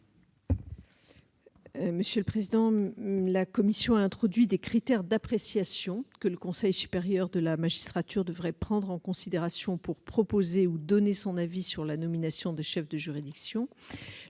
garde des sceaux. La commission a introduit des critères d'appréciation que le Conseil supérieur de la magistrature devrait prendre en considération pour proposer ou donner son avis sur la nomination des chefs de juridiction.